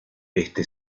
este